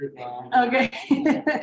Okay